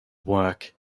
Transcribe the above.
work